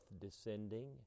DESCENDING